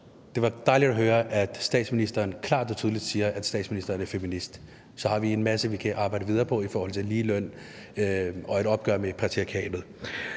Det var dejligt at høre, at statsministeren klart og tydeligt siger, at statsministeren er feminist. Så har vi en masse, vi kan arbejde videre på i forhold til ligeløn og et opgør med patriarkatet.